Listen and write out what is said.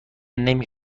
نمی